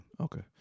Okay